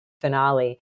finale